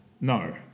No